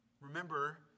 Remember